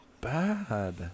bad